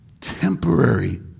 Temporary